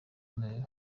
ntera